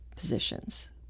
positions